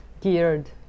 geared